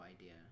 idea